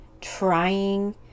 trying